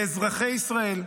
לאזרחי ישראל.